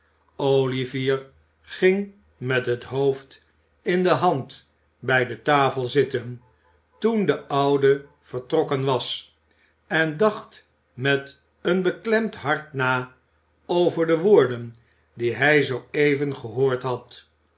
olivier ging met het hoofd in de hand bij de tafel zitten toen de oude vertrokken was en dacht met een beklemd hart na over de woorden die hij zooeven gehoord had